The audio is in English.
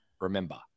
remember